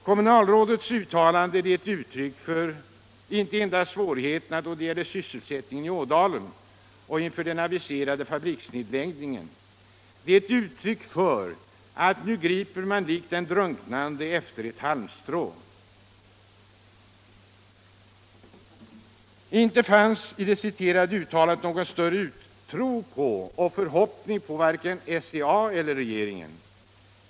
Kommunalrådets uttalande är inte endast ett uttryck för svårigheterna då det gäller sysselsättningen i Ådalen och inför den aviserade fabriksnedläggningen utan ett uttryck för att man nu griper likt den drunknande efter ett halmstrå. Inte fanns det i det citerade uttalandet någon större tro på eller förhoppning om vare sig SCA eller regeringen.